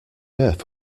earth